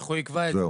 איך הוא יקבע את זה?